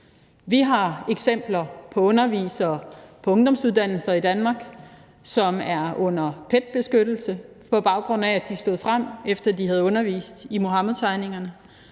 Vi har eksempler på undervisere på ungdomsuddannelser i Danmark, som er under PET's beskyttelse, på baggrund af at de stod frem, efter at de havde undervist i Muhammedtegningerne.